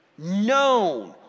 known